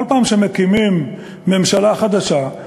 כל פעם שמקימים ממשלה חדשה,